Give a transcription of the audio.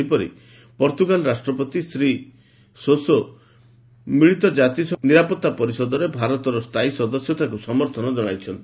ସେହିପରି ପର୍ତ୍ତୁଗାଲ ରାଷ୍ଟ୍ରପତି ଶ୍ରୀ ସୋସୋ ମିଳିତ ଜାତିସଂଘର ନିରାପତ୍ତା ପରିଷଦରେ ଭାରତର ସ୍ଥାୟୀ ସଦସ୍ୟତାକୁ ସମର୍ଥନ ଜଣାଇଛନ୍ତି